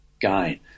gain